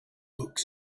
books